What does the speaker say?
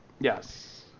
Yes